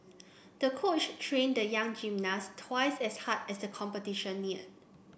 the coach trained the young gymnast twice as hard as the competition neared